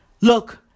Look